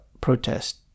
protest